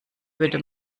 würde